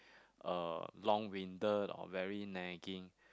uh long winded or very nagging